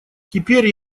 теперь